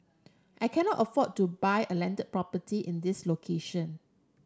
I cannot afford to buy a landed property in this location